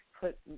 put